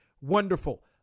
wonderful